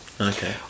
Okay